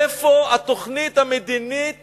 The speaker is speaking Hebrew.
איפה התוכנית המדינית